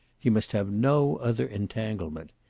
he must have no other entanglement.